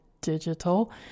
digital